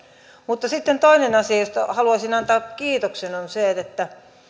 mutta sitten toinen asia josta haluaisin antaa kiitoksen